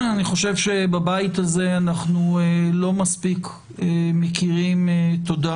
אני חושב שבבית הזה אנחנו לא מספיק מכירים תודה